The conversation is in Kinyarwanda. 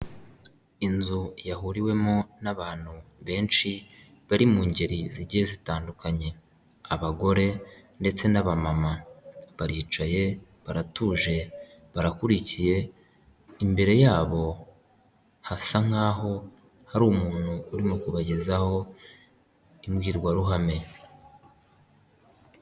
Inzu yahuriwemo n'abantu benshi bari mu ngeri zigiye zitandukanye, abagore ndetse n'aba mama baricaye baratuje barakurikiye imbere yabo hasa nkaho hari umuntu urimo kubagezaho imbwirwaruhame.